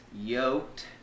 Yoked